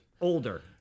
older